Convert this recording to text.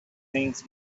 things